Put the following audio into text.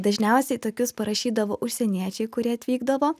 dažniausiai tokius parašydavo užsieniečiai kurie atvykdavo